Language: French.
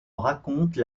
raconte